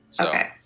Okay